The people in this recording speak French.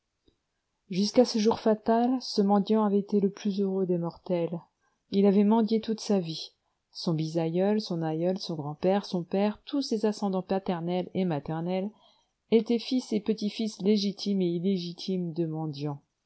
jusqu'à ce jour fatal ce mendiant avait été le plus heureux des mortels il avait mendié toute sa vie son bisaïeul son aïeul son grand-père son père tous ses ascendants paternels et maternels étaient fils et petits-fils légitimes et illégitimes de mendiants